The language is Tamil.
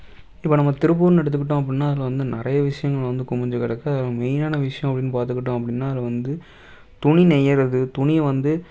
இப்போ நம்ம திருப்பூர்னு எடுத்துககிட்டோம் அப்படினா அதில் வந்து நிறைய விஷயங்கள் வந்து குமுஞ்சு கிடக்கு அதில் மெயினான விஷயம் அப்படினு பார்த்துக்கிட்டோம் அப்படினா அதில் வந்து துணி நெய்கிறது துணியை வந்து